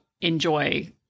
enjoy